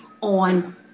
on